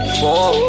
four